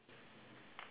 ya lor